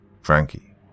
Frankie